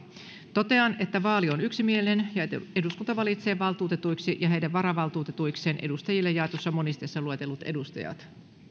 totean että vaali on yksimielinen ja että eduskunta valitsee valtuutetuiksi ja heidän varavaltuutetuikseen edustajille jaetussa monisteessa luetellut edustajat